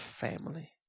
family